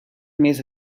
més